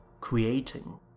Creating